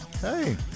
Hey